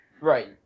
Right